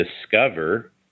discover